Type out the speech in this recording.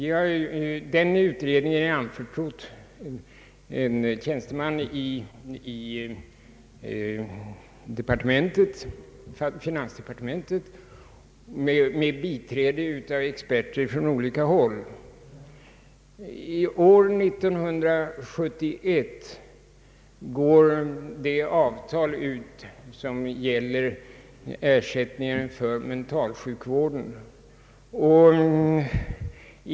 Denna utredning är anförtrodd en tjänsteman i finansdepartementet med biträde av experter från olika håll. År 1971 går det avtal ut som gäller finansieringen av mentalsjukvården.